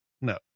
No